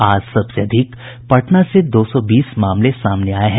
आज सबसे अधिक पटना से दो सौ बीस मामले सामने आये हैं